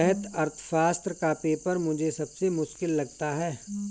वृहत अर्थशास्त्र का पेपर मुझे सबसे मुश्किल लगता है